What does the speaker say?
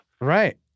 Right